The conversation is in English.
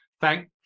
thank